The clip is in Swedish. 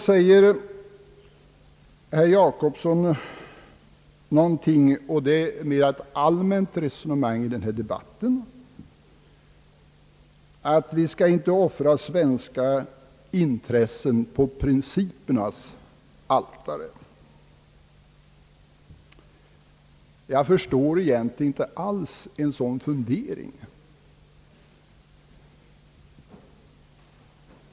Herr Gösta Jacobsson sade — det är ett allmänt resonemang i den här debatten — att vi inte skall offra svenska intressen på principernas altare. Jag förstår egentligen inte alls en sådan fundering.